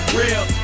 real